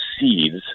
seeds